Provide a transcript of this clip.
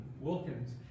Wilkins